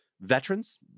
veterans